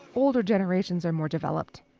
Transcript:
older generations are more developed,